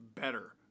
better